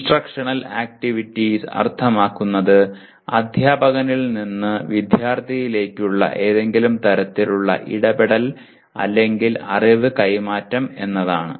instructional activities അർത്ഥമാക്കുന്നത് അധ്യാപകനിൽ നിന്ന് വിദ്യാർത്ഥിയിലേക്കുള്ള ഏതെങ്കിലും തരത്തിലുള്ള ഇടപെടൽ അല്ലെങ്കിൽ അറിവ് കൈമാറ്റം എന്നതാണ്